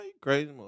crazy